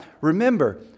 remember